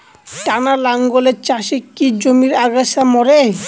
টানা লাঙ্গলের চাষে কি জমির আগাছা মরে?